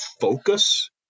focus